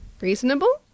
reasonable